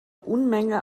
unmenge